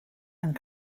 and